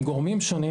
עם גורמים שונים